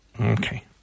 Okay